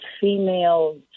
female